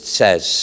says